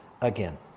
again